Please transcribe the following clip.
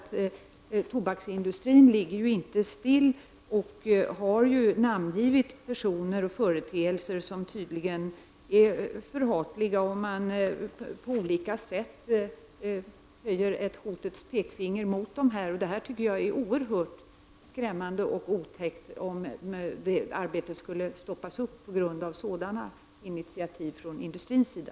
Tobaksindustrin tiger inte still, och den har namngivit person och företeelser som tydligen är förhatliga. På olika sätt höjer man hotets pekfinger mot dem. Jag tycker att det vore oerhört skrämmande och otäckt om det här arbetet skulle stoppas upp på grund av sådana initiativ från industrins sida.